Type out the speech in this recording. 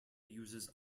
uses